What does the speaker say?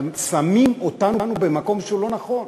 אבל שמים אותנו במקום לא נכון,